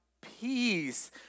peace